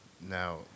Now